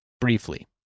briefly